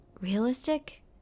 Realistic